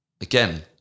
again